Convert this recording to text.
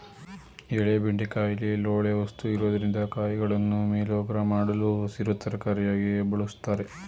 ಎಳೆ ಬೆಂಡೆಕಾಯಿಲಿ ಲೋಳೆ ವಸ್ತು ಇರೊದ್ರಿಂದ ಕಾಯಿಗಳನ್ನು ಮೇಲೋಗರ ಮಾಡಲು ಹಸಿರು ತರಕಾರಿಯಾಗಿ ಬಳುಸ್ತಾರೆ